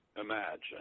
imagine